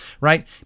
right